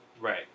Right